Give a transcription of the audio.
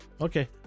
okay